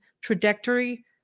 Trajectory